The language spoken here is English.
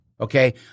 Okay